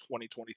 2023